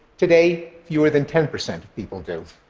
today, fewer than ten percent of people do.